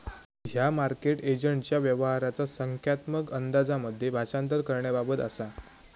ह्या मार्केट एजंटच्या व्यवहाराचा संख्यात्मक अंदाजांमध्ये भाषांतर करण्याबाबत असा